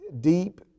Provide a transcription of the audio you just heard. deep